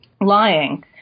lying